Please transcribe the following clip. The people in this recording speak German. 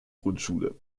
grundschule